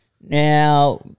Now